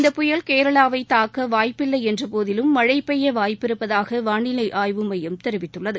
இந்த புயல் கேரளாவை தாக்க வாய்ப்பில்லை என்ற போதிலும் மழை பெய்ய வாய்ப்பிருப்பதாக வானிலை ஆய்வு மையம் தெரிவித்துள்ளது